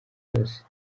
yose